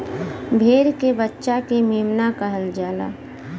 भेड़ के बच्चा के मेमना कहल जाला